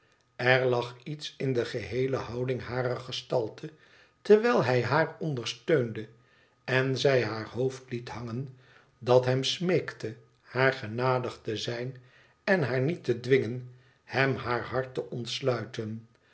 denken r lagiets in de geheele houding harer gestalte terwijl hij haar ondersteunde en zij haar hoofd liet hangen dat hem smeekte haar genadig te zijn en haar niet te dwingen hem haar hart te ontsluiten